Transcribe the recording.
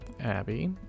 Abby